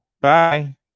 Bye